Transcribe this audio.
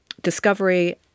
Discovery